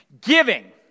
giving